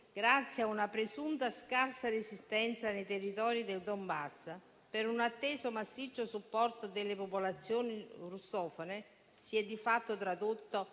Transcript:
grazie a una presunta scarsa resistenza dei territori del Donbass, per un atteso massiccio supporto delle popolazioni russofone, si è di fatto tradotto